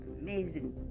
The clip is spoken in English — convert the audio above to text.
amazing